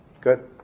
good